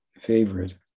favorite